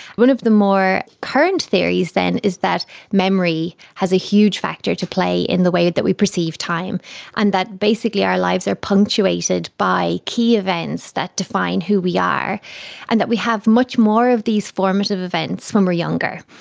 one of the more current theories then is that memory has a huge factor to play in the way that that we perceive time and that basically our lives are punctuated by key events that define who we are and that we have much more of these formative events when we um are younger.